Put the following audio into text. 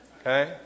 okay